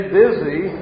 busy